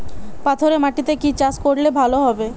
পাথরে মাটিতে কি চাষ করলে ভালো হবে?